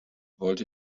wollte